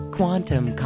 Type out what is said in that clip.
Quantum